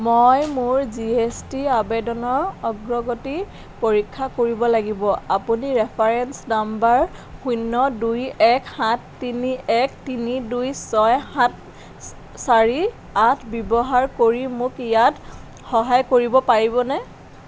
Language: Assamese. মই মোৰ জি এছ টি আবেদনৰ অগ্ৰগতি পৰীক্ষা কৰিব লাগিব আপুনি ৰেফাৰেন্স নম্বৰ শূন্য দুই এক সাত তিনি এক তিনি দুই ছয় সাত চাৰি আঠ ব্যৱহাৰ কৰি মোক ইয়াত সহায় কৰিব পাৰিবনে